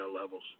levels